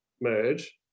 merge